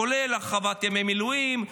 כולל הרחבת ימי מילואים,